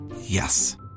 Yes